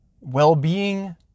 Well-being